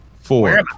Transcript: four